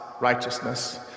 righteousness